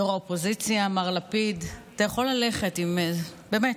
ראש האופוזיציה מר לפיד, אתה יכול ללכת אם, באמת.